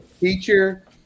teacher